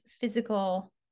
physical